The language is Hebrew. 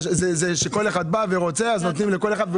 כל אחד בא ורוצה, אז נותנים לכל אחד.